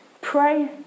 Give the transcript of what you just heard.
Pray